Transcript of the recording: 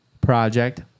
Project